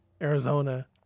Arizona